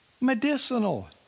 medicinal